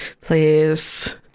Please